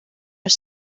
are